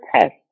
test